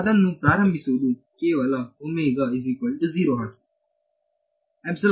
ಅದನ್ನು ಪ್ರಾರಂಭಿಸುವುದು ಕೇವಲ ಹಾಕಿ